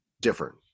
different